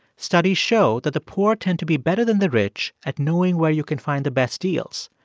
studies show that the poor tend to be better than the rich at knowing where you can find the best deals,